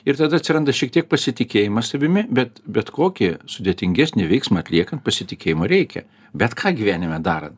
ir tada atsiranda šiek tiek pasitikėjimas savimi bet bet kokį sudėtingesnį veiksmą atliekant pasitikėjimo reikia bet ką gyvenime darant